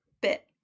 bit